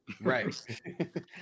right